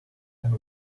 and